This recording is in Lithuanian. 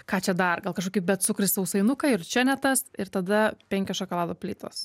ką čia dar gal kažkokį becukrį sausainuką ir čia ne tas ir tada penkios šokolado plytos